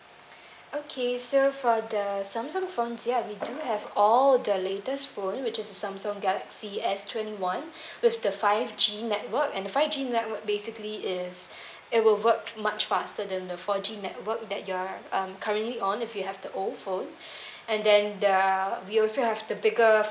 okay so for the samsung phones ya we do have all the latest phone which is samsung galaxy S twenty one with the five G network and five G network basically is it will work much faster than the four G network that you're um currently on if you have the old phone and then the we also have the bigger